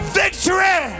victory